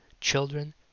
children